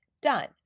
Done